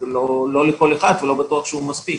לא לכל אחד, ולא בטוח שהוא מספיק,